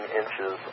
inches